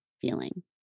feeling